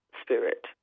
spirit